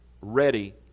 ready